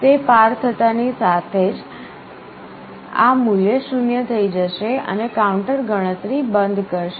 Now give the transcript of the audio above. તે પાર થતાંની સાથે જ આ મૂલ્ય 0 થઈ જશે અને કાઉન્ટર ગણતરી બંધ કરશે